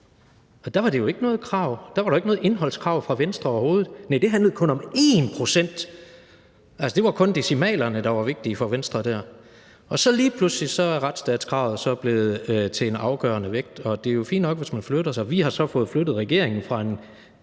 – der var der jo ikke noget indholdskrav fra Venstre overhovedet. Det handlede kun om 1 pct. Det var kun decimalerne, der var vigtigt for Venstre der. Og lige pludselig er retsstatskravet så blevet en afgørende vægt, og det er jo fint nok, hvis man flytter sig. Vi har så fået flyttet regeringen fra en